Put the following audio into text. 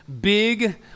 big